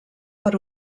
per